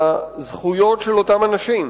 בזכויות של אותם אנשים: